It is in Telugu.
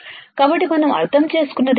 కాబట్టి మనం అర్థం చేసుకున్నది ఏమిటి